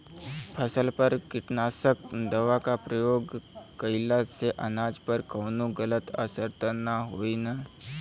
फसल पर कीटनाशक दवा क प्रयोग कइला से अनाज पर कवनो गलत असर त ना होई न?